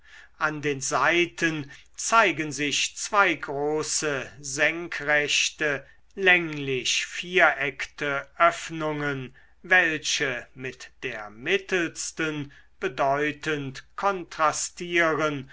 an den seiten zeigen sich zwei große senkrechte länglich viereckte öffnungen welche mit der mittelsten bedeutend kontrastieren